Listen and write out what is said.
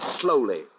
slowly